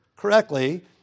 Correctly